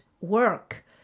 work